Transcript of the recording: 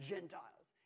Gentiles